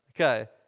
okay